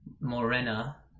Morena